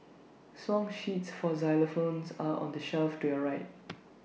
song sheets for xylophones are on the shelf to your right